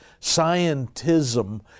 scientism